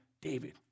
David